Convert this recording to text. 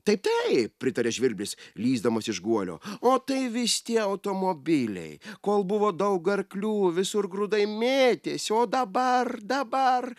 taip taip pritarė žvirblis lįsdamas iš guolio o tai vis tie automobiliai kol buvo daug arklių visur grūdai mėtėsi o dabar dabar